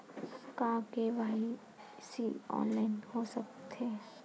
का KYC online हो सकथे?